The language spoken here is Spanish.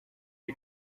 que